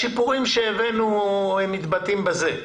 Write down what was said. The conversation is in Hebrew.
השיפורים שהבאנו מתבטאים בכך: